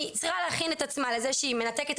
היא צריכה להכין את עצמה לזה שהיא מנתקת את